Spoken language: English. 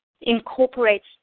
incorporates